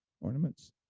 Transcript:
ornaments